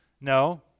No